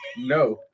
No